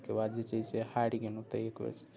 ओकर बाद जे छै से हारि गेलहुँ ताहिके